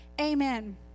amen